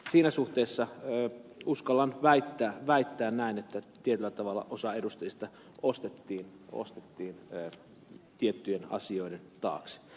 siinä suhteessa uskallan väittää näin että tietyllä tavalla osa edustajista ostettiin tiettyjen asioiden taakse